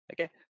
okay